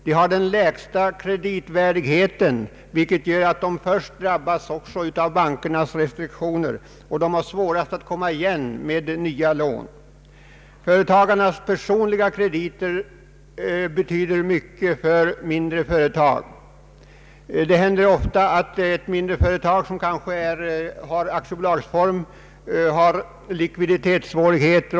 De har den lägsta kreditvärdigheten, vilket gör att de också drabbas av bankernas restriktioner. De har svårast att komma igen och få nya lån. Företagarnas personliga krediter betyder mycket för de mindre företagen. Det händer ofta att ett mindre företag som kanske har aktiebolagsform råkar ut för likviditetssvårigheter.